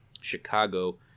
chicago